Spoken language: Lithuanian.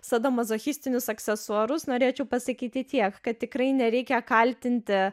sadomazochistinius aksesuarus norėčiau pasakyti tiek kad tikrai nereikia kaltinti